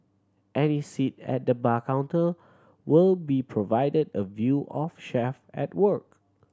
any seat at the bar counter will be provided a view of chef at work